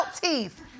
teeth